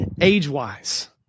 age-wise